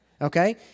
Okay